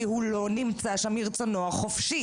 כי הוא לא נמצא שם מרצונו החופשי.